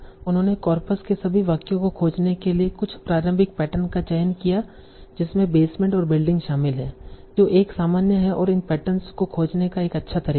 उन्होंने कॉर्पस में सभी वाक्यों को खोजने के लिए कुछ प्रारंभिक पैटर्न का चयन किया जिसमें बेसमेंट और बिल्डिंग शामिल हैं जो एक सामान्य है और इन पैटर्नस को खोजने का एक अच्छा तरीका है